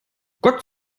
gott